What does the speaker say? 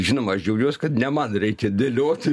žinoma aš džiaugiuosi kad ne man reikia dėlioti